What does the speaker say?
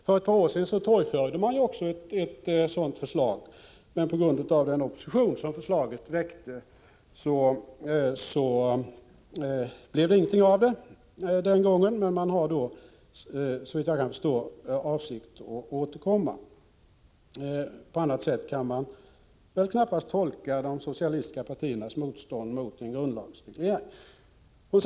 För ett par år sedan torgförde man ju också ett sådant förslag, men på grund av den opposition som förslaget väckte blev det ingenting av det hela den gången. Men man har, såvitt jag förstår, för avsikt att återkomma. På annat sätt kan man väl knappast tolka de socialistiska partiernas motstånd mot en grundlagsreglering.